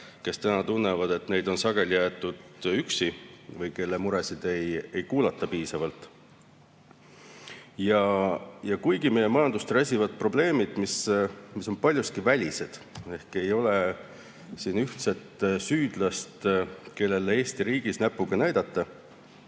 sageli tunnevad, et neid on jäetud üksi ja et nende muresid ei kuulata piisavalt. Ja kuigi meie majandust räsivad probleemid, mis on paljuski välised, ehk siin ei ole üht süüdlast, kellele Eesti riigis näpuga näidata,